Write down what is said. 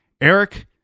Eric